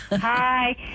hi